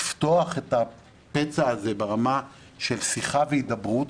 לפתוח את הפצע הזה ברמה של שיחה והידברות,